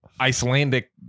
Icelandic